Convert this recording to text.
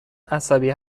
عصبی